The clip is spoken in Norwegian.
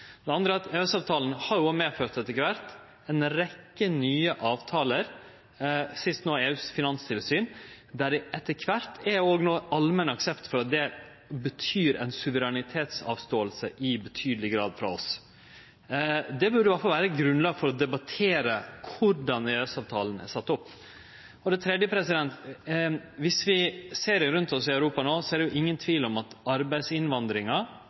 Det andre er at EØS-avtalen etter kvart har ført med seg ei rekkje nye avtalar, den siste no er EUs finanstilsyn. Etter kvart er det no allmenn aksept for at det betyr ei suverenitetsavståing i betydeleg grad frå oss. Det burde iallfall vere eit grunnlag for å debattere korleis EØS-avtalen er sett opp. For det tredje: Dersom vi ser rundt oss i Europa no, er det ingen tvil om at arbeidsinnvandringa